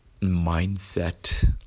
mindset